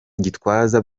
gitwaza